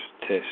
test